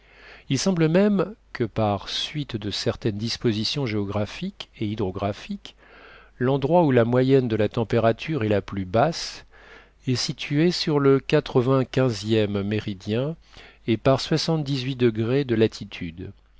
il semble même que par suite de certaines dispositions géographiques et hydrographiques l'endroit où la moyenne de la température est la plus basse est situé sur le quatre vingt quinzième méridien et par soixante-dix-huit degrés de latitude